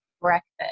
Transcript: breakfast